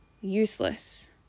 useless